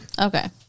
Okay